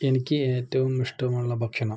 എനിക്ക് ഏറ്റവും ഇഷ്ടമുള്ള ഭക്ഷണം